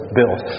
built